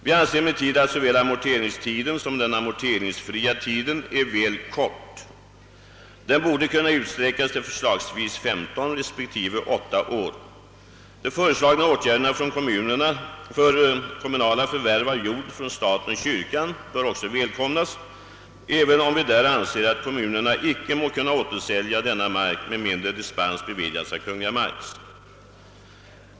Vi anser emellertid att såväl amorteringstiden som den amorteringsfria tiden är väl kort. Den borde kunna utsträckas till förslagsvis 15 respektive 8 år. De föreslagna åtgärderna för kommunala förvärv av jord från staten och kyrkan bör också välkomnas, även om vi därvidlag anser att kommunerna icke må kunna återförsälja denna mark med mindre än att dispens beviljas av Kungl. Maj:t.